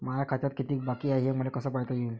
माया खात्यात कितीक बाकी हाय, हे मले कस पायता येईन?